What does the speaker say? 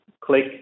click